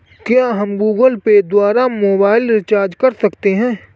क्या हम Google pay द्वारा मोबाइल रिचार्ज कर सकते हैं?